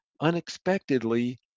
unexpectedly